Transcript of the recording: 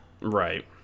Right